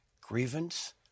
grievance